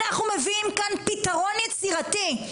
אנחנו מביאים כאן פיתרון יצירתי.